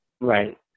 Right